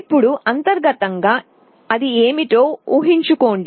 ఇప్పుడు అంతర్గతంగా అది ఏమిటో ఊహించుకోండి